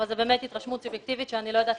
אבל זאת באמת התרשמות סובייקטיבית שאני לא יודעת